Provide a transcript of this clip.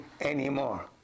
anymore